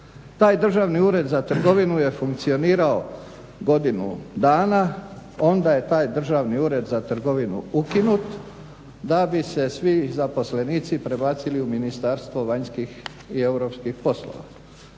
Taj Državni ured za trgovinu je funkcionirao godinu dana, onda je taj Državni ured za trgovinu ukinut, da bi se svi zaposlenici prebacili u Ministarstvo vanjskih i europskih poslova.